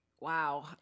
Wow